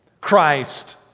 Christ